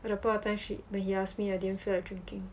at that point of time shit when he asked me I didn't feel like drinking